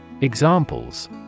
Examples